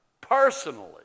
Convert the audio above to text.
personally